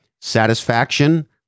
satisfaction